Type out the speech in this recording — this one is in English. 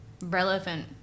relevant